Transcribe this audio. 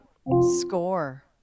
Score